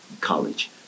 college